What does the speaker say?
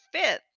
fifth